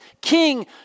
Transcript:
king